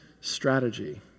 strategy